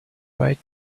write